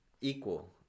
equal